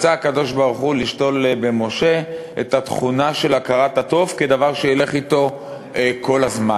רצה הקב"ה לשתול במשה את התכונה של הכרת הטוב כדבר שילך אתו כל הזמן,